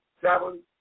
Seven